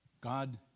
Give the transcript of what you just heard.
God